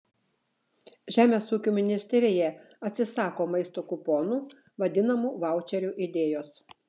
žemės ūkio ministerija atsisako maisto kuponų vadinamų vaučerių idėjos